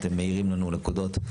אתם מאירים לנו נקודות,